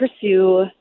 pursue